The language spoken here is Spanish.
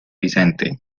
vicente